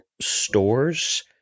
stores